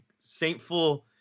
saintful